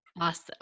Awesome